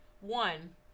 One